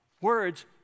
Words